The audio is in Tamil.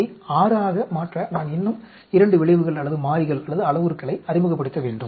இதை 6 ஆக மாற்ற நான் இன்னும் 2 விளைவுகள் அல்லது மாறிகள் அல்லது அளவுருக்களை அறிமுகப்படுத்த வேண்டும்